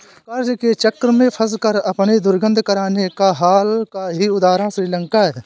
कर्ज के चक्र में फंसकर अपनी दुर्गति कराने का हाल का ही उदाहरण श्रीलंका है